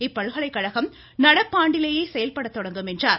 இப்பல்கலைக்கழகம் நடப்பாண்டிலேயே செயல்படத்தொடங்கும் என்றார்